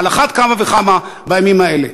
על אחת כמה וכמה בימים האלה.